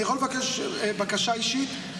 אני יכול לבקש בקשה אישית?